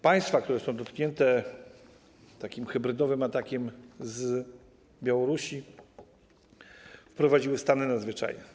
Państwa, które są dotknięte takim hybrydowym atakiem z Białorusi, wprowadziły stany nadzwyczajne.